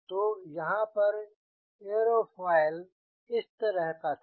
तो यहाँ पर एयरोफॉयल इस तरह का था